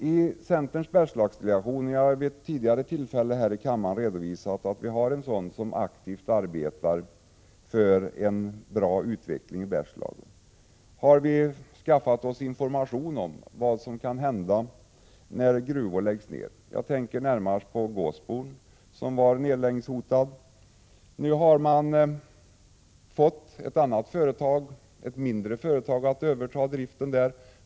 I centerns Bergslagsdelegation — jag har vid ett tidigare tillfälle här i kammaren redovisat att vi har en sådan, som aktivt arbetar för en bra utveckling i Bergslagen — har vi skaffat oss information om vad som kan hända när gruvor läggs ned. Jag tänker närmast på Gåsbol, som var nedläggningshotad. Nu har man fått ett annat, mindre företag att överta driften där.